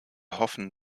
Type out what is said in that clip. hoffen